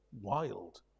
wild